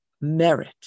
merit